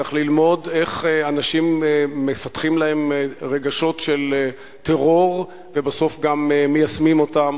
צריך ללמוד איך אנשים מפתחים להם רגשות של טרור ובסוף גם מיישמים אותם.